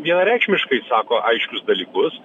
vienareikšmiškai sako aiškius dalykus